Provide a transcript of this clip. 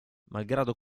malgrado